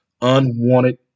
unwanted